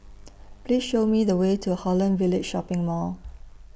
Please Show Me The Way to Holland Village Shopping Mall